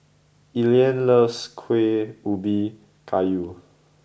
Elian loves Kuih Ubi Kayu